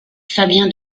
fabien